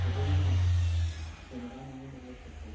जोबोर मोजां जेनेबा नोङो मबाइल फोरखौ